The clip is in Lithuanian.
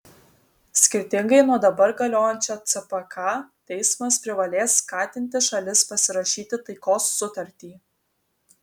skirtingai nuo dabar galiojančio cpk teismas privalės skatinti šalis pasirašyti taikos sutartį